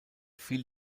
fiel